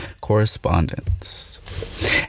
Correspondence